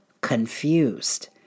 confused